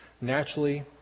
naturally